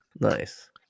Nice